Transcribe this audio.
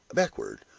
backward,